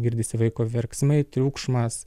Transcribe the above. girdisi vaiko verksmai triukšmas